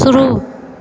शुरू